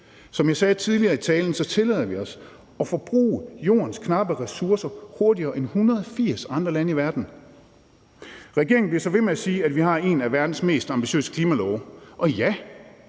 Som jeg sagde tidligere i talen, tillader vi os at forbruge Jordens knappe ressourcer hurtigere end 180 andre lande i verden. Regeringen bliver så ved med at sige, at vi har en af verdens mest ambitiøse klimalove. Og ja,